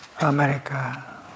America